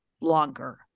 longer